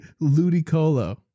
Ludicolo